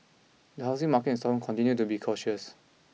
the housing market in Stockholm continued to be cautious